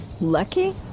Lucky